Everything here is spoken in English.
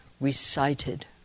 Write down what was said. recited